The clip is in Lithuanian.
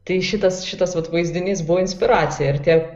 tai šitas šitas vat vaizdinys buvo inspiracija ir tiek